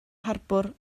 harbwr